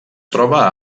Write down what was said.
troba